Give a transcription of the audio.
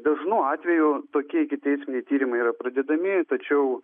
dažnu atveju tokie ikiteisminiai tyrimai yra pradedami tačiau